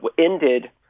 ended